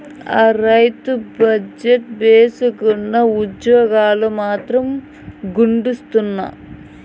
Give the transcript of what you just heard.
ఆ, రైలు బజెట్టు భేసుగ్గున్నా, ఉజ్జోగాలు మాత్రం గుండుసున్నా